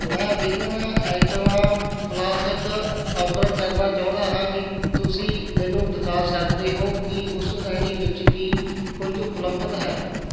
ਮੈਂ ਵੀਗਨ ਆਇਟਮਾਂ flask order ਕਰਨਾ ਚਾਹੁੰਦਾ ਹਾਂ ਕੀ ਤੁਸੀਂ ਮੈਨੂੰ ਦਿਖਾ ਸਕਦੇ ਹੋ ਕਿ ਉਸ ਸ਼੍ਰੇਣੀ ਵਿੱਚ ਕੀ ਕੁਝ ਉਪਲਬਧ ਹੈ